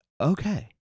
okay